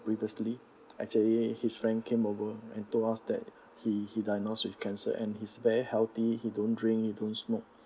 previously actually his friend came over and told us that he he diagnosed with cancer and he is very healthy he don't drink he don't smoke